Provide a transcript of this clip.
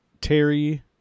Terry